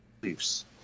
beliefs